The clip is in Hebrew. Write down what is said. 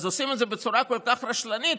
אז עושים את זה בצורה כל כך רשלנית,